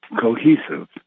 cohesive